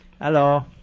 Hello